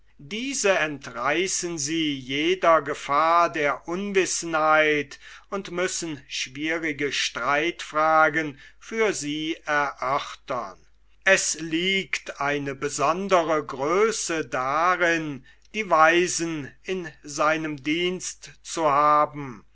diese entreißen sie jeder gefahr der unwissenheit und müssen schwierige streitfragen für sie erörtern es liegt eine besondere größe darin die weisen in seinem dienst zu haben